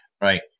right